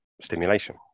stimulation